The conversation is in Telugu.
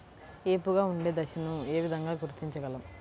ఏపుగా ఉండే దశను ఏ విధంగా గుర్తించగలం?